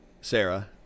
Sarah